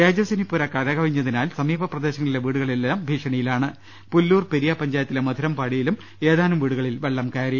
തേജസ്വിനി പുഴ കരകവിഞ്ഞതിനാൽ സമീപ പ്രദേശങ്ങ ളിലെ വീടുകളെല്ലാം ഭീഷണിയിലാണ് പുല്ലൂർ പെരിയ പഞ്ചായത്തിലെ മധു രംപാടിയിലും ഏതാനും വീടുകളിൽ വെള്ളം കയറി